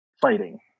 fighting